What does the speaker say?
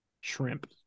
shrimp